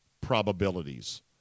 probabilities